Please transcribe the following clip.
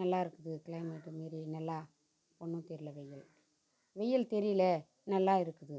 நல்லா இருக்குது க்ளைமேட்டு மாரி நல்லா ஒன்றும் தெரியல வெயில் வெய்லில் தெரியல நல்லா இருக்குது